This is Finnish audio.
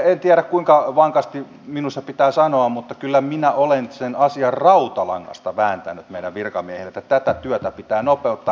en tiedä kuinka vankasti minun se pitää sanoa mutta kyllä minä olen sen asian rautalangasta vääntänyt meidän virkamiehillemme että tätä työtä pitää nopeuttaa